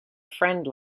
friend